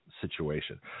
situation